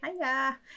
Hiya